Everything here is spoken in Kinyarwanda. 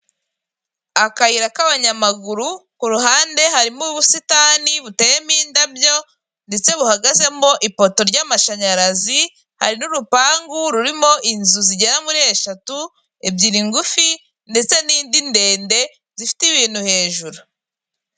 Akayira k'abanyamaguru, ku ruhande harimo ubusitani buteyemo indabyo, ndetse buhagazemo ipoto ry'amashanyarazi, hari n'urupangu rurimo inzu zigera muri eshatu, ebyiri ngufi ndetse n'indi ndende, zifite ibintu hejuru.